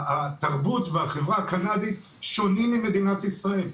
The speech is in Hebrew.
התרבות והחברה הקנדית שונים ממדינת ישראל,